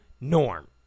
norm